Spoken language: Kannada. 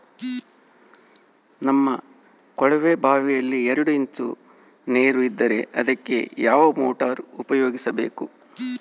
ನಮ್ಮ ಕೊಳವೆಬಾವಿಯಲ್ಲಿ ಎರಡು ಇಂಚು ನೇರು ಇದ್ದರೆ ಅದಕ್ಕೆ ಯಾವ ಮೋಟಾರ್ ಉಪಯೋಗಿಸಬೇಕು?